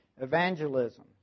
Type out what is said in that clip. Evangelism